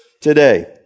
today